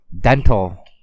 dental